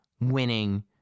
winning